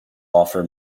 offer